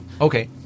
Okay